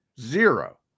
Zero